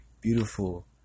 beautiful